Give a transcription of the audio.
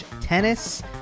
Tennis